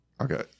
Okay